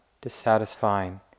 dissatisfying